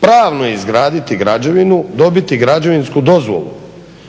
pravno izgraditi građevini, dobiti građevinsku dozvolu,